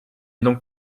donc